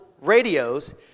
radios